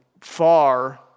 far